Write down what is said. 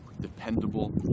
dependable